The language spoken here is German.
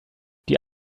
die